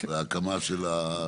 ההקמה של,